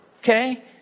okay